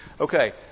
Okay